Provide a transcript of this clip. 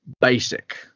basic